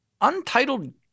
Untitled